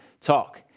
talk